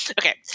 Okay